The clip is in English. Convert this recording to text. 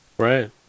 Right